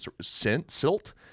silt